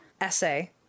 essay